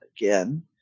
again